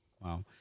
wow